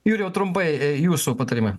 jurijau trumpai jūsų patarimai